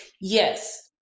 Yes